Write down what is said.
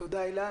תודה הילה.